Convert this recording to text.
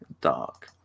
dark